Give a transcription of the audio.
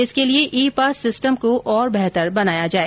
इसके लिए e pass system को और बेहतर बनाए